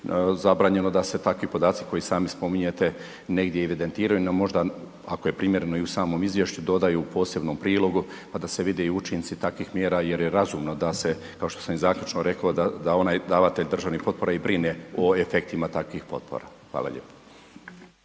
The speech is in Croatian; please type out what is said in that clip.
zabranjeno da se takvi podaci koji sami spominjete negdje evidentiraju no možda ako je primjereno i u samom izvješću, dodaju u posebno prilogu pa da se i vide učinci takvih mjera jer je razumno da se kao što sam i zaključno rekao, da onaj davatelj državnih potpora i brine o efektima takvih potpora. Hvala lijepo.